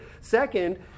Second